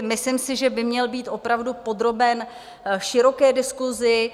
Myslím si, že by měl být opravdu podroben široké diskusi.